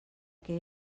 que